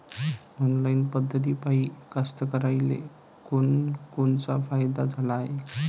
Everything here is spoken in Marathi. ऑनलाईन पद्धतीपायी कास्तकाराइले कोनकोनचा फायदा झाला हाये?